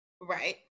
Right